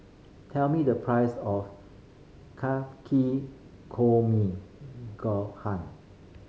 tell me the price of gohan